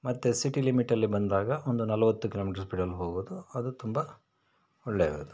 ಮತ್ತೆ ಸಿಟಿ ಲಿಮಿಟ್ಟಲ್ಲಿ ಬಂದಾಗ ಒಂದು ನಲವತ್ತು ಕಿಲೋಮೀಟ್ರ್ ಸ್ಪೀಡಲ್ಲಿ ಹೋಗೋದು ಅದು ತುಂಬ ಒಳ್ಳೆಯದದು